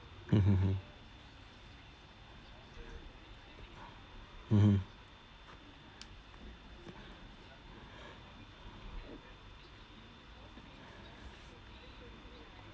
mmhmm hmm mm mmhmm